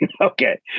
Okay